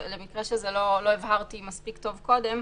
למקרה שזה לא הבהרתי מספיק טוב קודם,